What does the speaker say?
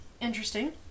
Interesting